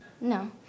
No